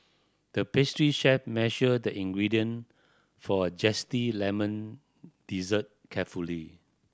the pastry chef measured the ingredient for a zesty lemon dessert carefully